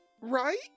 Right